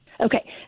Okay